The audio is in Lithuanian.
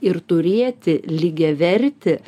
ir turėti lygiavertį